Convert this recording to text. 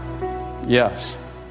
Yes